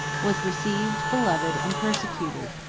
was received, beloved, and persecuted,